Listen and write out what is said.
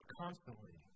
constantly